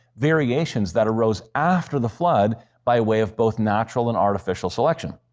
variations that arose after the flood by way of both natural and artificial selection.